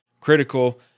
critical